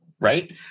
Right